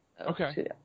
Okay